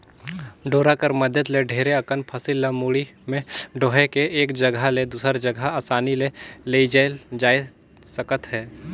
डोरा कर मदेत ले ढेरे अकन फसिल ल मुड़ी मे डोएह के एक जगहा ले दूसर जगहा असानी ले लेइजल जाए सकत अहे